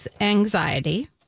anxiety